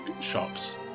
shops